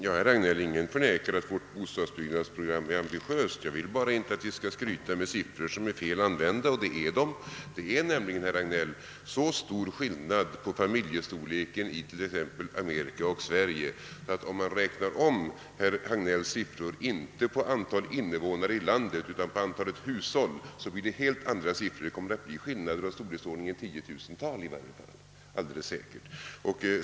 Herr talman! Ingen förnekar, herr Hagnell, att vårt bostadsbyggnadsprogram är ambitiöst. Jag vill bara inte att vi skall skryta med siffror som är felaktigt använda, såsom här är fallet. Det är nämligen, herr Hagnell, så stor skillnad mellan familjestorleken exempelvis i Amerika och den i Sverige att det, om man räknar om herr Hagnells siffror inte efter antalet invånare i landet utan med avseende på antalet hushåll, blir helt andra resultat. Det kommer alldeles säkert att röra sig om skillnader av storleken tiotusental.